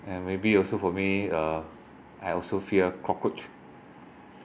and maybe also for me uh I also fear cockroach